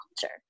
culture